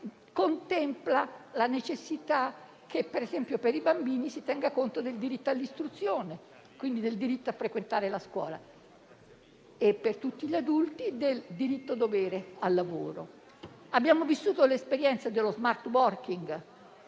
contempla la necessità, per esempio, che per i bambini si tenga conto del diritto all'istruzione, quindi del diritto a frequentare la scuola, e per tutti gli adulti del diritto-dovere al lavoro. Abbiamo vissuto l'esperienza dello *smart working*,